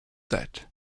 that